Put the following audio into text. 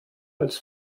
als